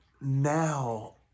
now